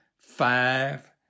five